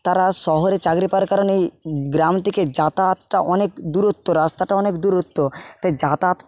তারা শহরে চাকরি পাওয়ার কারণেই গ্রাম থেকে যাতায়াতটা অনেক দূরত্ব রাস্তাটা অনেক দূরত্ব তাই যাতায়াত